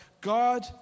God